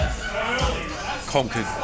conquered